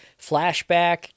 flashback